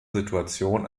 situation